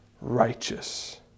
righteous